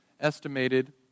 estimated